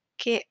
che